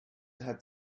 had